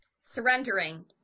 Surrendering